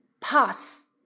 Pass